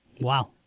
Wow